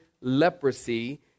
leprosy